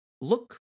look